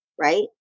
right